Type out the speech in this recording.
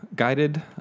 guided